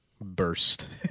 burst